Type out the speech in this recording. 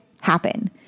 Happen